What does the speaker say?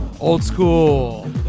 old-school